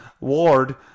ward